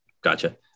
Gotcha